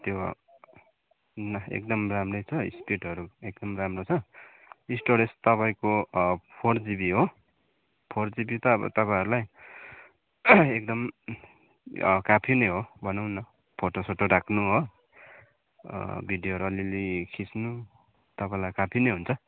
त्यो एकदम राम्रै छ स्पिडहरू एकदम राम्रो छ स्टोरेज तपाईँको फोर जिबी हो फोर जिबी त अब तपाईँहरूलाई एकदम काफी नै हो भनौँ न फोटोसोटो राख्नु हो भिडियोहरू अलिअलि खिच्नु तपाईँलाई काफी नै हुन्छ